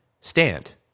stand